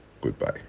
goodbye